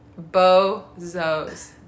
Bozos